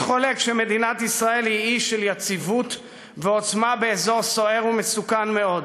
אין חולק שמדינת ישראל היא אי של יציבות ועוצמה באזור סוער ומסוכן מאוד.